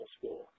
School